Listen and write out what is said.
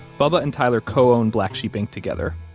bubba and tyler co-own black sheep ink together.